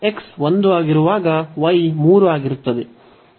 x1 ಆಗಿರುವಾಗ y 3 ಆಗಿರುತ್ತದೆ